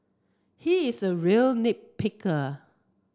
he is a real nit picker